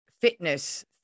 fitness